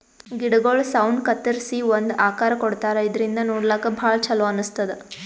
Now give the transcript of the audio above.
ಗಿಡಗೊಳ್ ಸೌನ್ ಕತ್ತರಿಸಿ ಒಂದ್ ಆಕಾರ್ ಕೊಡ್ತಾರಾ ಇದರಿಂದ ನೋಡ್ಲಾಕ್ಕ್ ಭಾಳ್ ಛಲೋ ಅನಸ್ತದ್